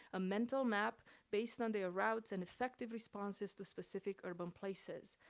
a mental map based on their routes and effective responses to specific urban places.